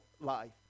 life